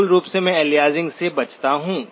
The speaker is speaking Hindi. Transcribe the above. मूल रूप से मैं अलियासिंग से बचता हूं